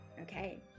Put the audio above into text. Okay